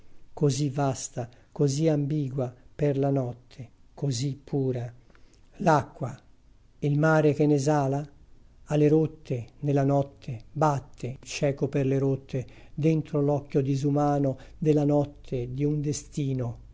così vasta così ambigua per la notte così pura l'acqua il mare che n'esala a le rotte ne la notte batte cieco per le rotte dentro l'occhio disumano de la notte di un destino